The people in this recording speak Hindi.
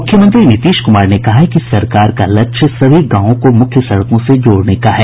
मुख्यमंत्री नीतीश कुमार ने कहा है कि सरकार का लक्ष्य सभी गांवों को मुख्य सड़कों से जोड़ने का है